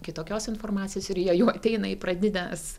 kitokios informacijos ir jie jau ateina į pradines